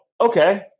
okay